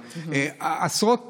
עשרות פניות,